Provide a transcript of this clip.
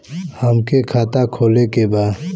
हमके खाता खोले के बा?